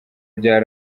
bya